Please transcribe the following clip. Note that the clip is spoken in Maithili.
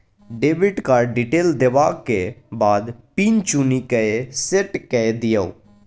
डेबिट कार्ड डिटेल देबाक बाद पिन चुनि कए सेट कए दियौ